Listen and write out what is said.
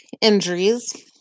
injuries